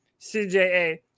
CJA